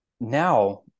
now